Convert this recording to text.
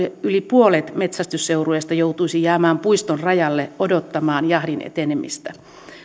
yli puolet metsästysseurueista joutuisi jäämään puiston rajalle odottamaan jahdin etenemistä